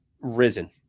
risen